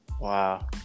Wow